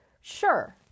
Sure